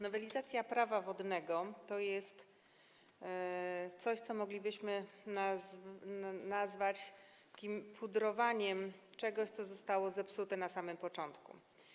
Nowelizacja Prawa wodnego to jest coś, co moglibyśmy nazwać pudrowaniem czegoś, co zostało zepsute na samym początku.